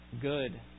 good